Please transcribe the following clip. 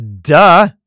Duh